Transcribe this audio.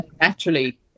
naturally